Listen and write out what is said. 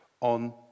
on